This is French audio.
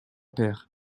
père